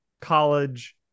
college